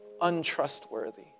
untrustworthy